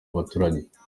abaturage